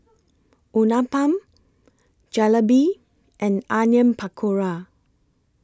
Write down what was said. Uthapam Jalebi and Onion Pakora